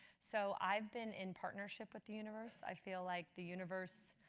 so i've been in partnership with the universe. i feel like the universe,